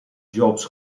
jobs